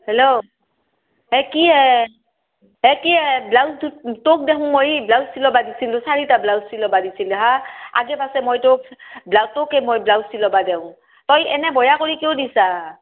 hello এ কিয়ে এ কিয়ে ব্লাউজ তু তোক দেখোন মই ব্লাউজ চিলাব দিছিলো চাৰিটা ব্লাউজ চিলাব দিছিলো হা আগে পিছে মইটো ব্লা তোকে মই ব্লাউজ চিলাব দিওঁ তই এনা বেয়া কৰি কিয় দিছ